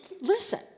listen